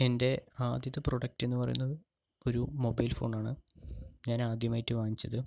എൻ്റെ ആദ്യത്തെ പ്രൊഡക്റ്റെന്നു പറയണത് ഒരു മൊബൈൽ ഫോണാണ് ഞാൻ ആദ്യമായിട്ട് വാങ്ങിച്ചത്